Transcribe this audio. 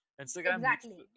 Instagram